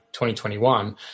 2021